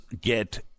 get